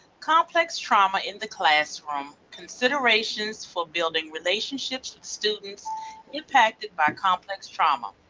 complex trauma in the classroom considerations for building relationships with students impacted by complex trauma.